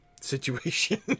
situation